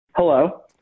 Hello